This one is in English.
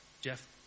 Jeff